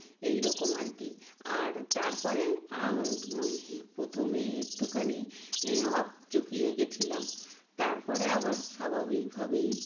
এই রকম আর কি আর তারপরে হে প্রথমেই একটুখানি হকচকিয়ে গেছিলাম তারপরে আবার স্বাভাবিকভাবেই